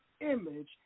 image